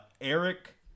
Eric